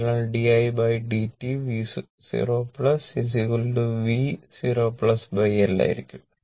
അതിനാൽ didt 0 v 0 L ആയിരിക്കും